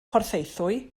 porthaethwy